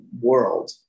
world